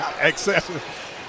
Excessive